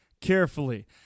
carefully